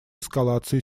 эскалации